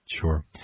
Sure